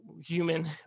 human